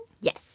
yes